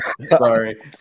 Sorry